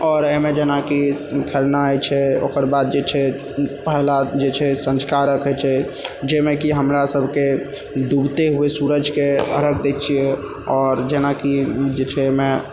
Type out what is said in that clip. आओर एहिमे जेनाकि खरना हैय छै ओकर बाद जे छै पहला जे छै सञ्झुका अर्घ्य हैय छै जाहिमे कि हमरा सबके डूबते हुए सूरजकेँ अर्घ्य दै छियै आओर जेनाकि जे छै एहिमे